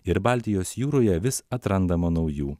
ir baltijos jūroje vis atrandama naujų